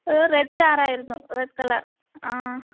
ഒരു red car ആയിരുന്നു red colour ആ